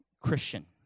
Christian